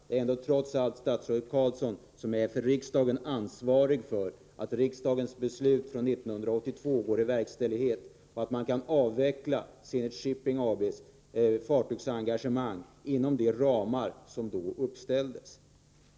Det är ändå trots allt statsrådet Carlsson som inför riksdagen är ansvarig för att riksdagens beslut från 1982 går i verkställighet och att man kan avveckla Zenit Shipping AB:s fartygsengagemang inom de ramar som då uppdrogs.